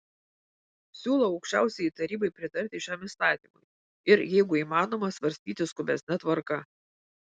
siūlau aukščiausiajai tarybai pritarti šiam įstatymui ir jeigu įmanoma svarstyti skubesne tvarka